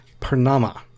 Purnama